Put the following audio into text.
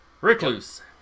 Recluse